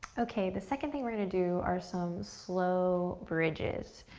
ok, the second thing we're gonna do are some slow bridges.